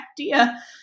idea